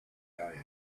diet